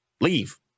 leave